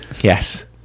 Yes